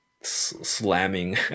slamming